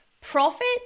profit